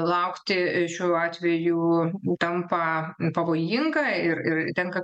laukti šiuo atveju tampa pavojinga ir ir tenka